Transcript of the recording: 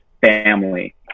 family